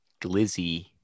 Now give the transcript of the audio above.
glizzy